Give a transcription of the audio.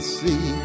see